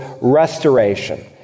restoration